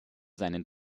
seinen